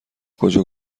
کجا